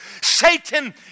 Satan